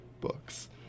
books